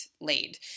laid